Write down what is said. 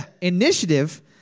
Initiative